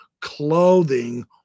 clothing